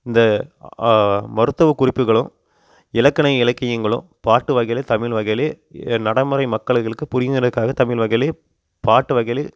இந்த மருத்துவ குறிப்புகளும் இலக்கண இலக்கியங்களும் பாட்டு வகையிலேயும் தமிழ் வகையிலேயும் நடைமுறை மக்கள்களுக்கு புரியணுங்கிறக்காக தமிழ் வகையிலேயும் பாட்டு வகையிலேயும்